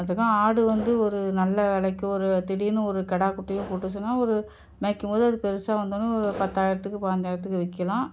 அதுக்கும் ஆடு வந்து ஒரு நல்ல விலைக்கு ஒரு திடீர்னு ஒரு கிடா குட்டியே போட்டுச்சுன்னா ஒரு மேய்க்கும் போது அது பெரிசா வந்தோடன்னே ஒரு பத்தாயிரத்துக்கு பாஞ்சாயிரத்துக்கு விற்கலாம்